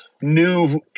new